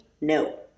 no